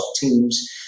Teams